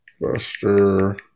Buster